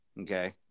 Okay